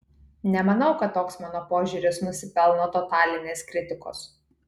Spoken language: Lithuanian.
nemanau kad toks mano požiūris nusipelno totalinės kritikos